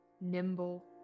nimble